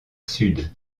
sud